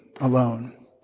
alone